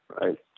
right